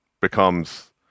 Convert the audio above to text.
becomes